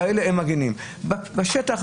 בשטח,